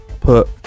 put